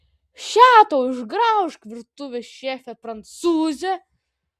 še tau išgraužk virtuvės šefe prancūze